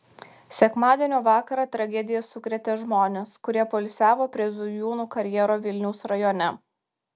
sekmadienio vakarą tragedija sukrėtė žmones kurie poilsiavo prie zujūnų karjero vilniaus rajone